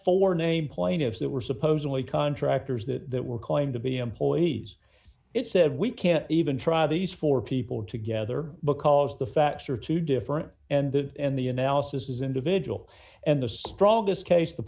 four named plaintiffs that were supposedly contractors that were going to be employees it said we can't even try these four people together because the facts are two different and that and the analysis is individual and the strongest case the